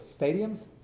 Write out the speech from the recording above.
Stadiums